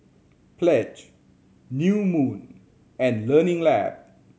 Pledge New Moon and Learning Lab